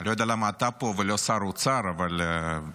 אני לא יודע למה אתה פה ולא שר האוצר, אבל בסדר.